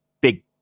big